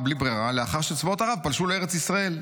לאחר שצבאות ערב פלשו לארץ ישראל.